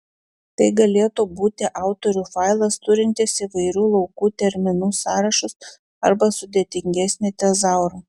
tai galėtų būti autorių failas turintis įvairių laukų terminų sąrašus arba sudėtingesnį tezaurą